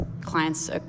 clients